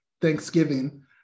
Thanksgiving